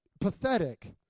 pathetic